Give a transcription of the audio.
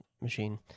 machine